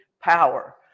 power